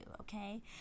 okay